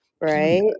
right